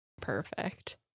perfect